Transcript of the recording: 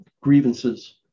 grievances